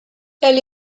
elle